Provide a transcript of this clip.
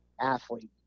athlete